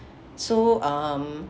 so um